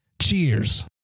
Cheers